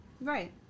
Right